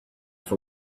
for